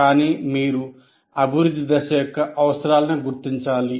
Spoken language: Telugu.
కానీ మీరు అభివృద్ధి దశ యొక్క అవసరాలను గుర్తించాలి